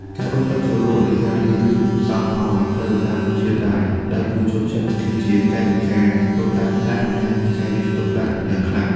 ការដួសទឹកជ្រលក់ ឬការលាយគ្រឿងផ្សំឱ្យត្រូវតាមរសជាតិដែលដៃគូចូលចិត្ត គឺជាកាយវិការតូចតាចតែបង្ហាញពីការយកចិត្តទុកដាក់យ៉ាងខ្លាំង។